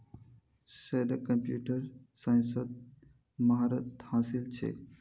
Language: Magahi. सैयदक कंप्यूटर साइंसत महारत हासिल छेक